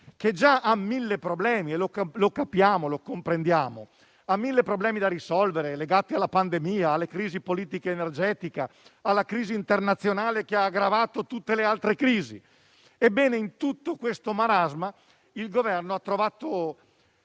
già ha mille problemi da risolvere, lo comprendiamo: problemi legati alla pandemia, alla crisi politico-energetica, alla crisi internazionale che ha aggravato tutte le altre crisi. Ebbene, in tutto questo marasma, il Governo ha trovato